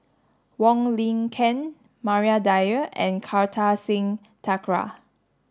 Wong Lin Ken Maria Dyer and Kartar Singh Thakral